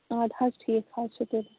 اَدٕ حظ ٹھیٖک حظ چھُ تیٚلہِ